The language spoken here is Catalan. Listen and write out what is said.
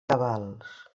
cabals